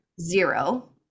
zero